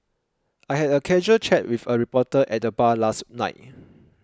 I had a casual chat with a reporter at the bar last night